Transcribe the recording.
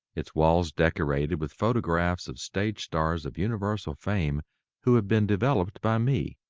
its walls decorated with photographs of stage stars of universal fame who have been developed by me,